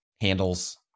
handles